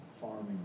farming